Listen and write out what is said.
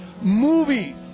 movies